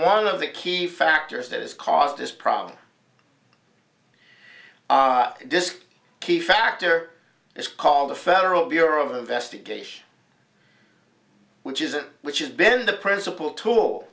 one of the key factors that has caused this problem disk key factor it's called the federal bureau of investigation which is it which has been the principal tool